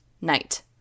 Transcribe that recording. night